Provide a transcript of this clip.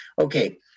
Okay